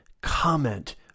Comment